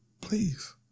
Please